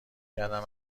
کردند